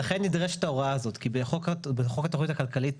לכן נדרשת ההוראה הזאת, כי בחוק התוכנית הכלכלית